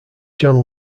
john